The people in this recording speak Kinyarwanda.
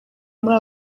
muri